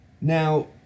Now